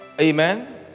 Amen